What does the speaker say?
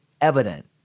evident